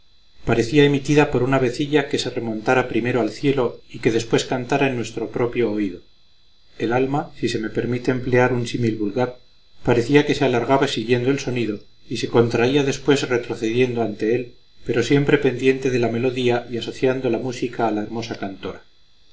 parecía emitida por un avecilla que se remontara primero al cielo y que después cantara en nuestro propio oído el alma si se me permite emplear un símil vulgar parecía que se alargaba siguiendo el sonido y se contraía después retrocediendo ante él pero siempre pendiente de la melodía y asociando la música a la hermosa cantora